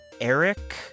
Eric